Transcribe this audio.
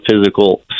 physical